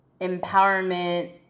empowerment